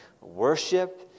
worship